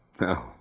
No